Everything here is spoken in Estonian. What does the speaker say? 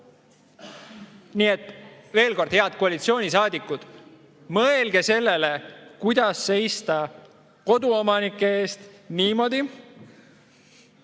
Nii et veel kord, head koalitsioonisaadikud, mõelge sellele, kuidas seista koduomanike eest niimoodi,